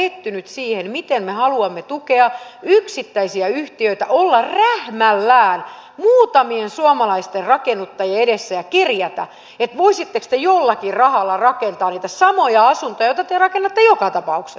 minun täytyy sanoa että olen pettynyt siihen miten me haluamme tukea yksittäisiä yhtiöitä olla rähmällään muutamien suomalaisten rakennuttajien edessä ja kerjätä että voisitteko te jollakin rahalla rakentaa niitä samoja asuntoja joita te rakennatte joka tapauksessa